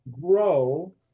grow